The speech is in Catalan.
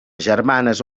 germanes